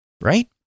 right